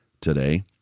today